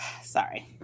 sorry